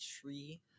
tree